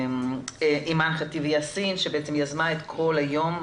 אימאן ח'טיב יאסין שיזמה את כל היום,